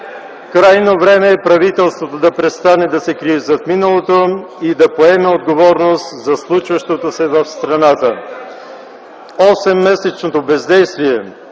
Крайно време е правителството да престане да се крие зад миналото и да поеме отговорност за случващото се в страната. Осеммесечното бездействие,